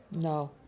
No